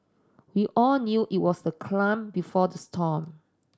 we all knew it was the before the storm